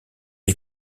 est